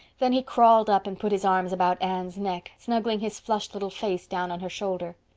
then he crawled up and put his arms about anne's neck, snuggling his flushed little face down on her shoulder.